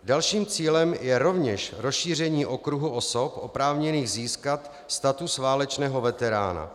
Dalším cílem je rovněž rozšíření okruhu osob oprávněných získat status válečného veterána.